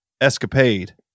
escapade